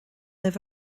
libh